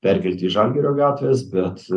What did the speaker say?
perkelti į žalgirio gatvės bet